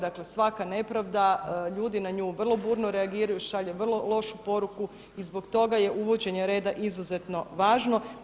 Dakle, svaka nepravda ljudi na nju vrlo burno reagiraju, šalje vrlo lošu poruku i zbog toga je uvođenje reda izuzetno važno.